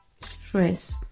stress